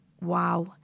wow